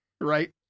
right